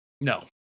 No